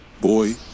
Boy